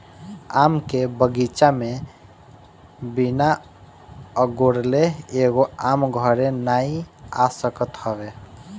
आम के बगीचा में बिना अगोरले एगो आम घरे नाइ आ सकत हवे